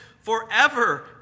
forever